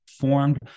formed